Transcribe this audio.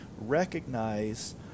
recognize